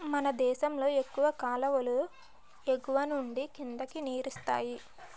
మనదేశంలో ఎక్కువ కాలువలు ఎగువనుండి కిందకి నీరిస్తాయి